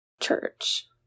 church